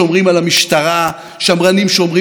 שמרנים שומרים על שלטון החוק.